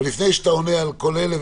ולפני שאתה עונה על כל אלה,